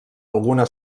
alguna